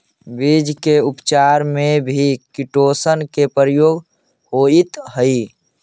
बीज के उपचार में भी किटोशन के प्रयोग होइत हई